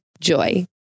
Joy